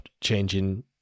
changing